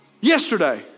yesterday